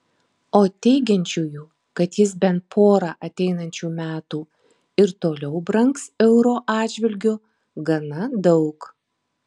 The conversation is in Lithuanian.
o teigiančiųjų kad jis bent porą ateinančių metų ir toliau brangs euro atžvilgiu gana daug